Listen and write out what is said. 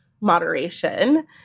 moderation